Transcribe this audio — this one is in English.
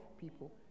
people